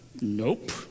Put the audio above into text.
Nope